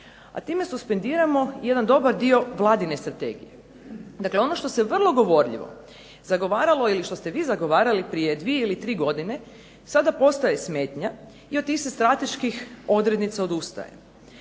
a time suspendiramo jedan dobar dio Vladine strategije. Dakle, ono što se vrlo govorljivo zagovaralo ili što ste vi zagovarali prije dvije ili tri godine sada postaje smetnja i od tih se strateških odrednica odustaje.